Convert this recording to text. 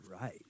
right